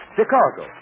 Chicago